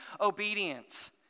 obedience